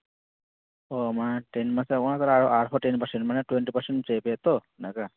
ᱚ ᱢᱟᱱᱮ ten percent ᱟᱲᱟᱜ ᱠᱟᱱᱟ ᱟᱨᱦᱚᱸ ᱴᱮᱱ ᱯᱟᱨᱥᱮᱱ ᱢᱟᱱᱮ ᱴᱩᱭᱮᱱᱴᱤ ᱯᱟᱨᱥᱮᱱ ᱪᱟᱹᱭᱟᱯᱮᱭᱟᱛᱚ ᱤᱱᱟᱹᱜ ᱜᱟᱱ